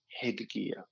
Headgear